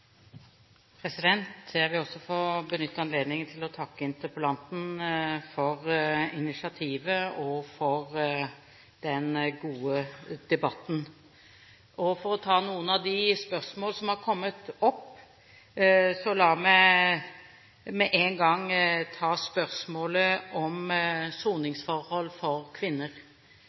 For å kommentere noen av de spørsmål som har kommet opp, så la meg med en gang ta spørsmålet om soningsforhold for kvinner.